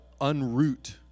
unroot